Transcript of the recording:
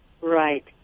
Right